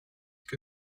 que